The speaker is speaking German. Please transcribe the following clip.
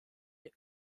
der